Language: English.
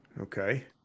Okay